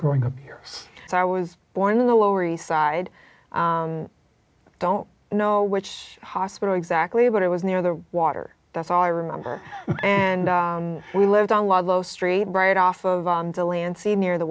growing up here so i was born in the lower east side i don't know which hospital exactly but it was near the water that's all i remember and we lived on lago street right off of on the land sea near the